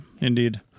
indeed